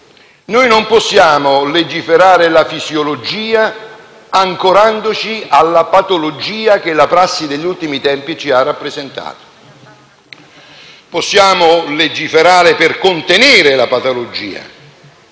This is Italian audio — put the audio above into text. Noi non possiamo legiferare la fisiologia, ancorandoci alla patologia che la prassi degli ultimi tempi ci ha rappresentato. Possiamo legiferare per contenere la patologia,